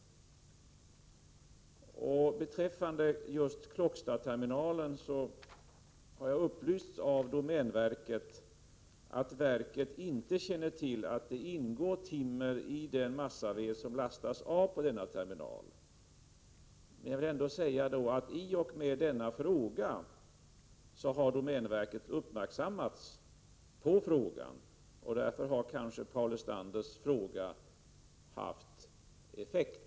Vad beträffar just Klockstaterminalen har domänverket upplyst mig om att verket inte känner till att det ingår något timmer i den massaved som lastas av på denna terminal. Men i och med Paul Lestanders fråga har domänverket uppmärksammats på saken, och därmed har frågan kanske haft effekt.